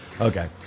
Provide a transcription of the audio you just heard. Okay